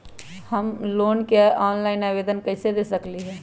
हम लोन के ऑनलाइन आवेदन कईसे दे सकलई ह?